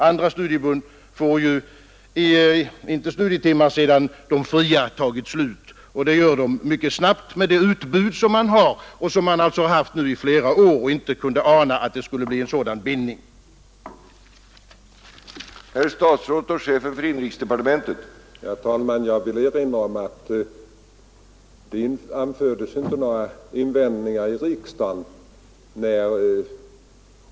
Andra studieförbund får inga studietimmar, sedan de fria timmarna tagit slut, och det gör de mycket snabbt med det utbud förbunden har och har haft i flera år, när man inte kunde ana att det skulle bli en sådan bindning som nu har skett.